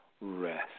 rest